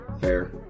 fair